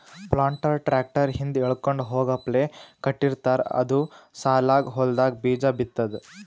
planter tractor ಹಿಂದ್ ಎಳ್ಕೊಂಡ್ ಹೋಗಪ್ಲೆ ಕಟ್ಟಿರ್ತಾರ್ ಅದು ಸಾಲಾಗ್ ಹೊಲ್ದಾಗ್ ಬೀಜಾ ಬಿತ್ತದ್